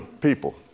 people